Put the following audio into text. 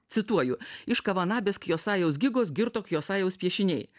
cituoju iš kavanabės kjosajaus gigos girto kjosajaus piešiniai